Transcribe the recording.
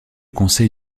conseil